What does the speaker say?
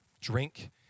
drink